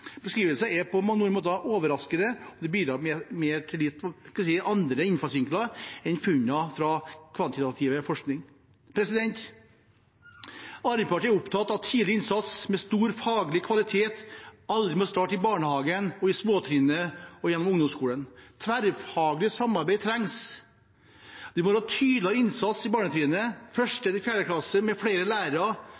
beskrivelser er på mange måter overraskende, og de bidrar med andre innfallsvinkler enn funnene fra kvantitativ forskning. Arbeiderpartiet er opptatt av tidlig innsats med stor faglig kvalitet. Alle må starte i barnehagen og i småtrinnet og gjennom ungdomsskolen. Tverrfaglig samarbeid trengs. Det må være tydeligere innsats